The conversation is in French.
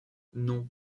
non